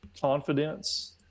confidence